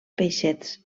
peixets